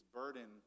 burden